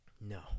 No